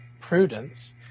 prudence